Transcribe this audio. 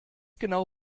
genau